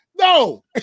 No